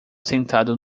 sentado